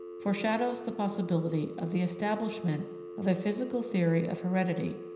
foreshadows the possibility of the establishment of a physical theory of heredity,